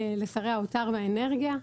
לשרי האוצר והאנרגיה,